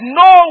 no